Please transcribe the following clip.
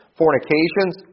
fornications